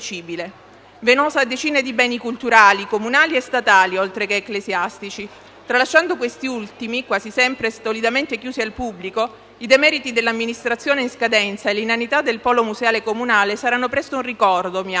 Venosa ha decine di beni culturali comunali e statali, oltre che ecclesiastici. Tralasciando questi ultimi, quasi sempre stolidamente chiusi al pubblico, i demeriti dell'amministrazione in scadenza e l'inanità del polo museale comunale saranno presto un ricordo, mi auguro.